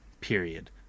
period